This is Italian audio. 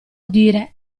dire